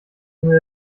ohne